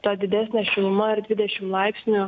ta didesnė šiluma ir dvidešim laipsnių